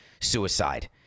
suicide